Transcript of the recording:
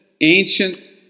ancient